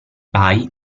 vai